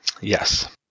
Yes